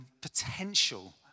potential